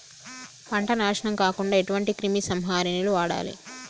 పంట నాశనం కాకుండా ఎటువంటి క్రిమి సంహారిణిలు వాడాలి?